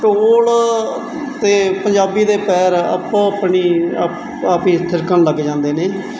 ਢੋਲ 'ਤੇ ਪੰਜਾਬੀ ਦੇ ਪੈਰ ਆਪੋ ਆਪਣੀ ਥਿਰਕਣ ਲੱਗ ਜਾਂਦੇ ਨੇ